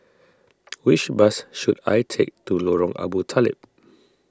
which bus should I take to Lorong Abu Talib